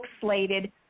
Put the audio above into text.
slated